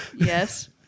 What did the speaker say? Yes